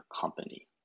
company